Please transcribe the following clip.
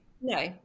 No